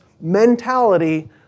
mentality